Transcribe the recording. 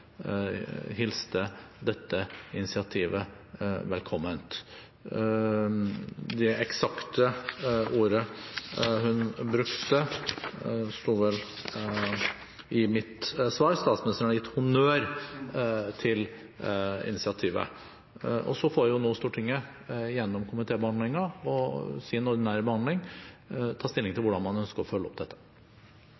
hilste dette initiativet velkommen. Det eksakte året hun brukte, sa jeg vel i mitt svar. Statsministeren har gitt honnør til initiativet. Så får Stortinget gjennom komitébehandlingen og sin ordinære behandling ta stilling til hvordan man ønsker å følge opp dette.